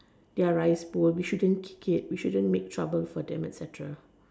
their rice pool we shouldn't kick it we shouldn't make trouble trouble for them etcetera